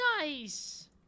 nice